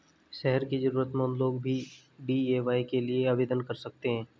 शहर के जरूरतमंद लोग भी डी.ए.वाय के लिए आवेदन कर सकते हैं